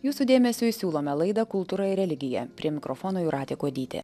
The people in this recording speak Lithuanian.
jūsų dėmesiui siūlome laidą kultūra ir religija prie mikrofono jūratė kuodytė